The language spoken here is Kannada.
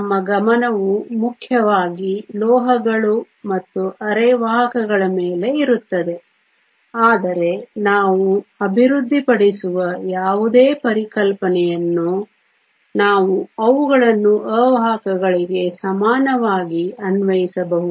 ನಮ್ಮ ಗಮನವು ಮುಖ್ಯವಾಗಿ ಲೋಹಗಳು ಮತ್ತು ಅರೆವಾಹಕಗಳ ಮೇಲೆ ಇರುತ್ತದೆ ಆದರೆ ನಾವು ಅಭಿವೃದ್ಧಿಪಡಿಸುವ ಯಾವುದೇ ಪರಿಕಲ್ಪನೆಗಳನ್ನು ನಾವು ಅವುಗಳನ್ನು ಅವಾಹಕಗಳಿಗೆ ಸಮಾನವಾಗಿ ಅನ್ವಯಿಸಬಹುದು